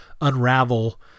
unravel